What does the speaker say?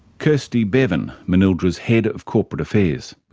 kirsty beavon, manildra's head of corporate affairs.